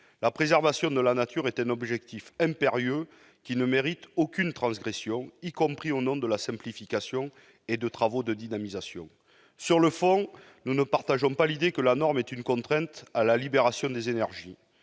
La préservation de la nature est un objectif impérieux, qui ne mérite aucune transgression, y compris au nom de la simplification et de travaux de redynamisation. Sur le fond, nous ne partageons pas l'idée que la norme est une contrainte à la libération des énergies.